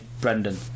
Brendan